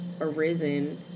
arisen